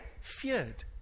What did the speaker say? feared